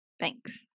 Thanks